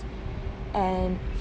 and